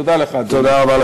תודה רבה, אדוני.